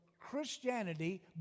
Christianity